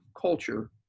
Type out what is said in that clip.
culture